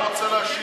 השר רוצה להשיב.